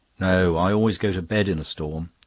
no. i always go to bed in a storm.